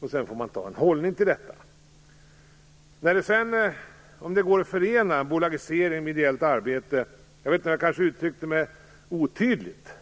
och sedan får man ta en hållning till detta. När det gäller frågan om det går att förena bolagisering med ideellt arbete uttryckte jag mig kanske otydligt.